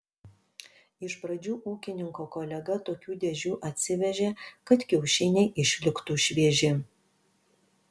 iš pradžių ūkininko kolega tokių dėžių atsivežė kad kiaušiniai išliktų švieži